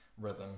rhythm